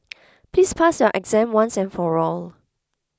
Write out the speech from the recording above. please pass your exam once and for all